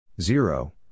Zero